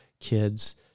kids